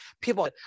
People